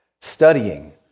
studying